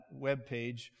webpage